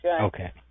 Okay